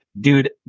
dude